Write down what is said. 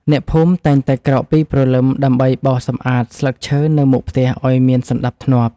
អ្នកភូមិតែងតែក្រោកពីព្រលឹមដើម្បីបោសសម្អាតស្លឹកឈើនៅមុខផ្ទះឱ្យមានសណ្តាប់ធ្នាប់។